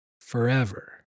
forever